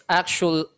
actual